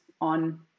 on